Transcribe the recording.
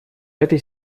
этой